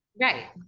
Right